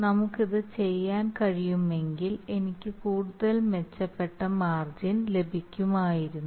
നമുക്ക് ഇത് ചെയ്യാൻ കഴിയുമെങ്കിൽ എനിക്ക് കൂടുതൽ മെച്ചപ്പെട്ട മാർജിൻ ലഭിക്കുമായിരുന്നു